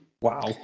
wow